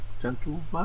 gentleman